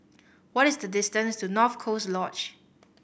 what is the distance to North Coast Lodge